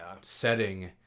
setting